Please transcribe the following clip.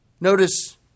Notice